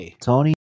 Tony